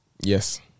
yes